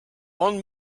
one